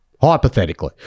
Hypothetically